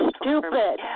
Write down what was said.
stupid